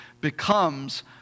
becomes